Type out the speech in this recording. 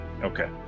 Okay